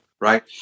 right